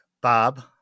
Bob